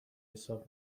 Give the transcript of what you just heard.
حساب